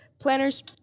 Planners